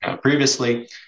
previously